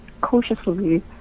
cautiously